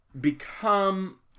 become